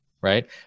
right